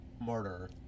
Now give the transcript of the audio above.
murder